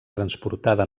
transportada